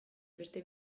beste